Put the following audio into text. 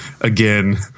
again